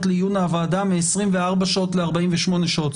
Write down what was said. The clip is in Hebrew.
לעיון הוועדה מ-24 שעות ל-48 שעות.